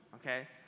okay